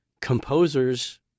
composers